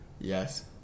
Yes